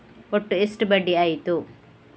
ಒಟ್ಟು ಎಷ್ಟು ಬಡ್ಡಿ ಆಯಿತು?